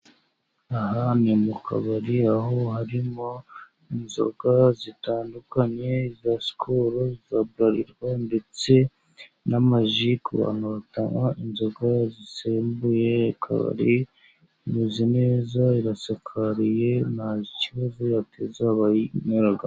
Aha ni mu kabari aho harimo inzoga zitandukanye, za sikoro za buralirwa ndetse n'amaji ku bantu batanywa inzoga zisembuye, akabari ka meze neza karasakariye nta kibazo kateza abakanyweramo.